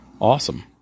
Awesome